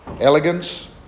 elegance